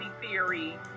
theory